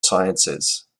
sciences